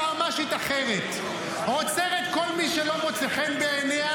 יועמ"שית אחרת עוצרת כל מי שלא מוצא חן בעיניה,